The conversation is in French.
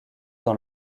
dans